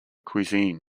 cuisine